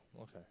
okay